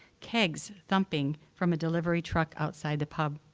kegs thumping from a delivery truck outside the pub.